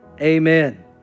Amen